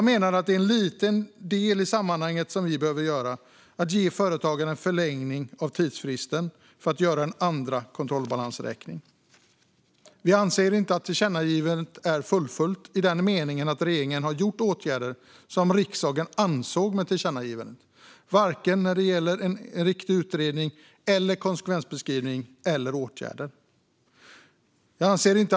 Det är en liten del i sammanhanget att ge företagare en förlängning av tidsfristen för att göra en andra kontrollbalansräkning. Vi anser inte att tillkännagivandet är fullföljt i den meningen att regeringen har genomfört de åtgärder som riksdagen ansåg behövde genomföras. Man har varken gjort någon riktig utredning eller någon konsekvensbeskrivning eller vidtagit några åtgärder.